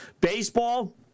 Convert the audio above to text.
baseball